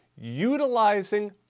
utilizing